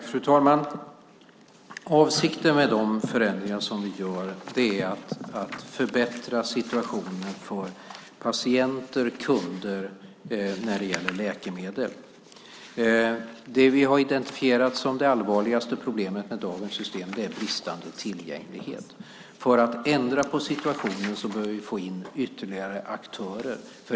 Fru ålderspresident! Avsikten med de förändringar som vi gör är att förbättra situationen för patienter och kunder när det gäller läkemedel. Det vi har identifierat som det allvarligaste problemet med dagens system är bristande tillgänglighet. För att ändra på situationen bör vi få in ytterligare aktörer.